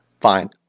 fine